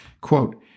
Quote